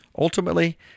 Ultimately